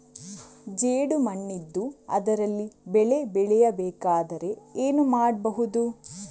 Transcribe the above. ಜೇಡು ಮಣ್ಣಿದ್ದು ಅದರಲ್ಲಿ ಬೆಳೆ ಬೆಳೆಯಬೇಕಾದರೆ ಏನು ಮಾಡ್ಬಹುದು?